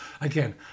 Again